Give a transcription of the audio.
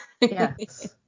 Yes